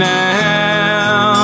now